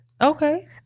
okay